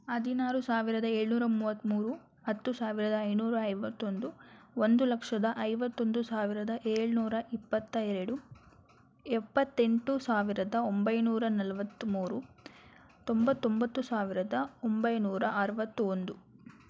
ಹದಿನಾರು ಸಾವಿರದ ಏಳುನೂರ ಮೂವತ್ತ್ಮೂರು ಹತ್ತು ಸಾವಿರದ ಐನೂರ ಐವತ್ತೊಂದು ಒಂದು ಲಕ್ಷದ ಐವತ್ತೊಂದು ಸಾವಿರದ ಏಳುನೂರ ಇಪ್ಪತ್ತ ಎರಡು ಎಪ್ಪತ್ತೆಂಟು ಸಾವಿರದ ಒಂಬೈನೂರ ನಲ್ವತ್ತ್ಮೂರು ತೊಂಬತ್ತೊಂಬತ್ತು ಸಾವಿರದ ಒಂಬೈನೂರ ಅರವತ್ತೊಂದು